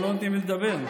לא נותנים לי לדבר.